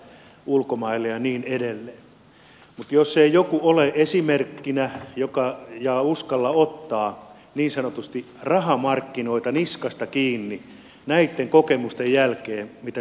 mutta jos ei joku ole esimerkkinä ja uskalla ottaa niin sanotusti rahamarkkinoita niskasta kiinni näitten kokemusten jälkeen mitä suomessa on ollut